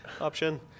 option